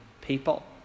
people